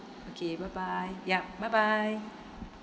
okay bye bye yup bye bye